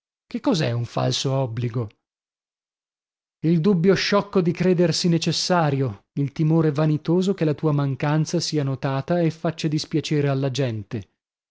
obbligo che cos'è un falso obbligo il dubbio sciocco di credersi necessario il timore vanitoso che la tua mancanza sia notata e faccia dispiacere alla gente